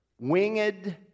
winged